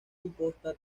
imposta